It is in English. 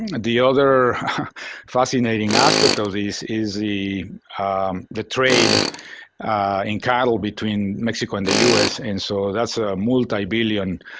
and the other fascinating aspect of these is the the trade in cattle between mexico and the us, and so that's a multibillion